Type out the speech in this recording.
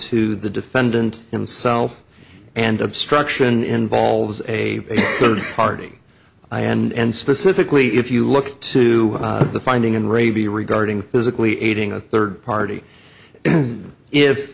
to the defendant himself and obstruction involves a third party i and specifically if you look to the finding and raby regarding physically aiding a third party